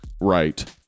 right